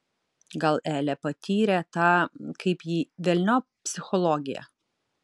gal elė patyrė tą kaip jį velniop psichologiją